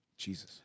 Jesus